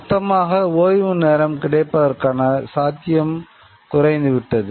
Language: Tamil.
மொத்தமாக ஓய்வு நேரம் கிடைப்பதற்கான் சாத்தியம் குறைந்து விட்டது